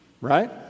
right